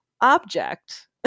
object